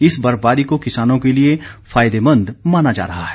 इस बर्फबारी को किसानों के लिए फायदेमंद माना जा रहा है